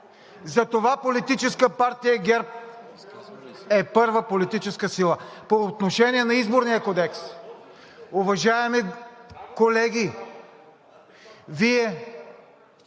Затова Политическа партия ГЕРБ е първа политическа сила! По отношение на Изборния кодекс. Уважаеми колеги, Вие